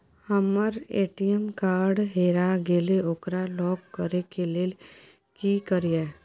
हमर ATM card हेरा गेल ओकरा लॉक करै के लेल की करियै?